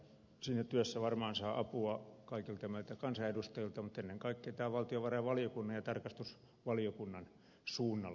siinä työssä varmaan saa apua kaikilta meiltä kansanedustajilta mutta ennen kaikkea tämä villakoiran ydin on valtiovarainvaliokunnan ja tarkastusvaliokunnan suunnalla